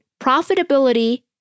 profitability